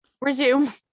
Resume